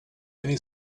many